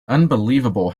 unbelievable